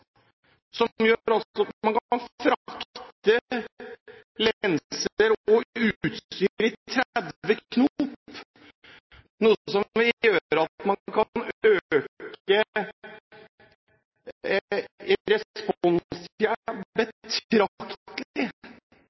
som gjør at en kan frakte lenser og utstyr i 30 knop, noe som vil gjøre at man kan øke responstiden betraktelig i